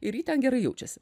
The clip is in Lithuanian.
ir ji ten gerai jaučiasi